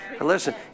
Listen